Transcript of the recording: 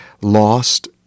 lost